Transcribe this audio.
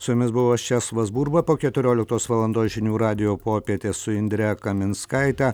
su jumis buvau aš česlovas burba po keturioliktos valandos žinių radijo popietė su indre kaminskaite